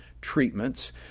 treatments